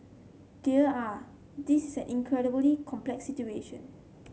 dear ah this is an incredibly complex situation